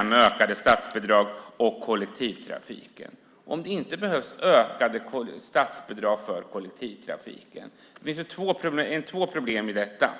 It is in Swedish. om ökade statsbidrag och kollektivtrafiken, om det inte behövs ökade statsbidrag för kollektivtrafiken. Det finns två problem i detta.